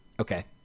Okay